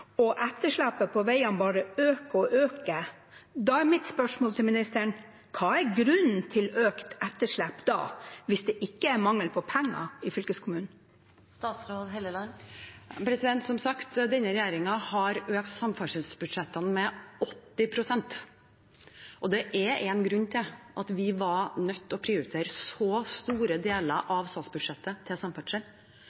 og etterslepet på veiene bare øker og øker, da er mitt spørsmål til ministeren: Hva er grunnen til økt etterslep hvis det ikke er mangel på penger i fylkeskommunene? Som sagt: Denne regjeringen har økt samferdselsbudsjettene med 80 pst. Det er en grunn til at vi var nødt til å prioritere så store deler